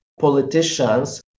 politicians